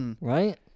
Right